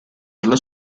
dalla